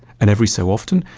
and every so often,